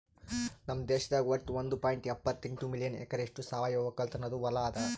ನಮ್ ದೇಶದಾಗ್ ವಟ್ಟ ಒಂದ್ ಪಾಯಿಂಟ್ ಎಪ್ಪತ್ತೆಂಟು ಮಿಲಿಯನ್ ಎಕರೆಯಷ್ಟು ಸಾವಯವ ಒಕ್ಕಲತನದು ಹೊಲಾ ಅದ